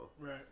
Right